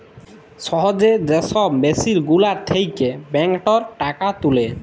সহজে যে ছব মেসিল গুলার থ্যাকে ব্যাংকটর টাকা তুলে